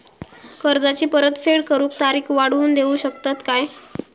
कर्जाची परत फेड करूक तारीख वाढवून देऊ शकतत काय?